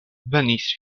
venis